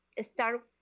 start